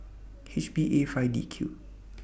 H B A five D Q